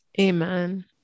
Amen